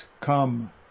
come